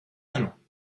talents